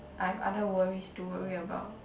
I've other worries to worry about